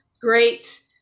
great